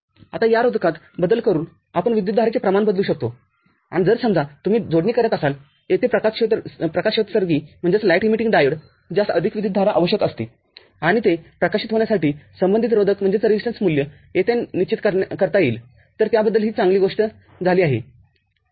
आता या रोधकात बदल करून आपण विद्युतधारेचे प्रमाण बदलू शकतो आणि जर समजा तुम्ही जोडणी करत असालयेथील प्रकाशोत्सर्गीडायोड ज्यास अधिक विद्युतधारा आवश्यक असते आणि तो प्रकाशित होण्यासाठी संबंधित रोधकमूल्य येथे निश्चित करता येईल तर त्याबद्दल ही एक चांगली गोष्ट आहे